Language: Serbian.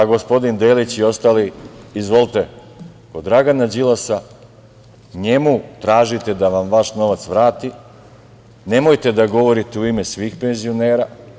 Gospodin Delić i ostali, izvolite, od Dragana Đilasa, njemu tražite da vam vaš novac vrati, nemojte da govorite u ime svih penzionera.